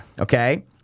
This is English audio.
okay